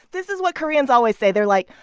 this is what koreans always say. they're like,